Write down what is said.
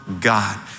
God